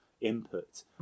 input